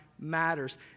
Matters